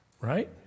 right